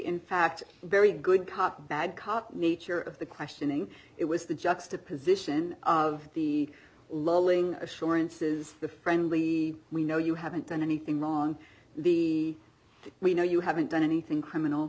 in fact very good cop bad cop nature of the questioning it was the juxtaposition of the loving assurances the friendly we know you haven't done anything wrong the we know you haven't done anything criminal